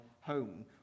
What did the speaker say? home